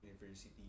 university